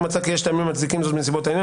אם מצאה כי יש טעמים המצדיקים זאת בנסיבות העניין,